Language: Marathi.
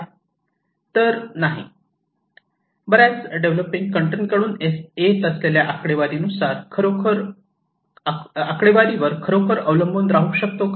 तर नाही आपण बर्याच डेव्हलपिंग कंट्री कडून येत असलेल्या आकडेवारीवर खरोखर अवलंबून राहू शकतो का